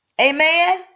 Amen